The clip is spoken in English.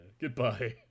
Goodbye